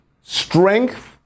strength